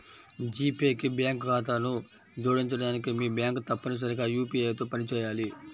G pay కి bank ఖాతాను జోడించడానికి, మీ బ్యాంక్ తప్పనిసరిగా యూ.పీ.ఐ తో పనిచేయాలి